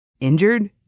Injured